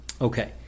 Okay